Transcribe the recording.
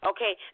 Okay